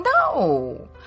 No